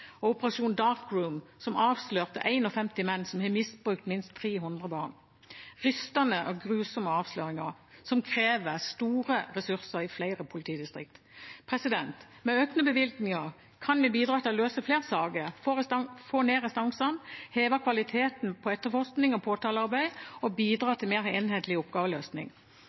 operasjon «Dark Room», som avslørte 51 menn som har misbrukt minst 300 barn – rystende og grusomme avsløringer som krever store ressurser i flere politidistrikt. Med økte bevilgninger kan vi bidra til å løse flere saker, få ned restansene, heve kvaliteten ved etterforskning og påtalearbeid og bidra til mer enhetlig oppgaveløsning.